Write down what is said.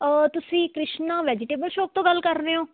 ਉਹ ਤੁਸੀਂ Krishna vegetable shop ਤੋਂ ਗੱਲ ਕਰ ਰਹੇ ਹੋ